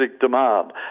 demand